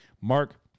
Mark